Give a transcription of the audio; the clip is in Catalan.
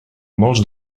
molts